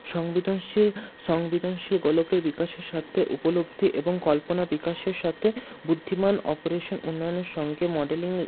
সংবেদনশীল সংবেদনশীল গোলকের বিকাশের সাথে উপলব্ধি এবং কল্পনা বিকাশের সাথে বুদ্ধিমান অপরেশন উন্নয়নের সঙ্গে মডেলিংয়ের